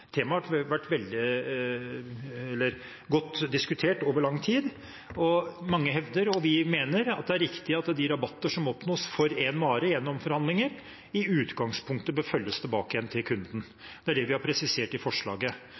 temaet har vært godt diskutert over lang tid. Mange hevder, og vi mener, at det er riktig at de rabatter som oppnås for en vare gjennom forhandlinger, i utgangspunktet bør føres tilbake til kunden. Det er det vi har presisert i forslaget.